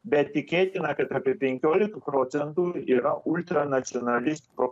bet tikėtina kad apie penkiolika procentų yra ultranacionalistų